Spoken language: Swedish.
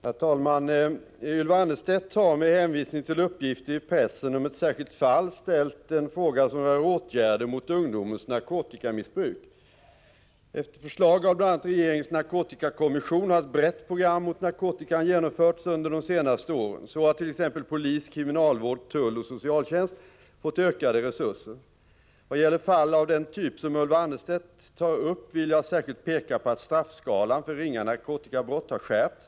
Herr talman! Ylva Annerstedt har med hänvisning till uppgifter i pressen om ett särskilt fall ställt en fråga som rör åtgärder mot ungdomens narkotikamissbruk. Efter förslag av bl.a. regeringens narkotikakommission har ett brett program mot narkotikan genomförts under de senaste åren. Så har t.ex. polis, kriminalvård, tull och socialtjänst fått ökade resurser. Vad gäller fall av den typ som Ylva Annerstedt tar upp vill jag särskilt peka på att straffskalan för ringa narkotikabrott har skärpts.